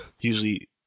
Usually